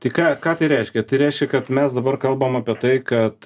tai ką ką tai reiškia tai reiškia kad mes dabar kalbam apie tai kad